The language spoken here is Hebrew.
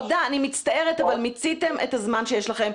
אני מצטערת אבל מיציתם את הזמן שיש לכם.